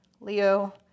Leo